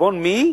על-חשבון מי?